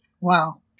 Wow